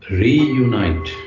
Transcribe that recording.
reunite